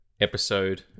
episode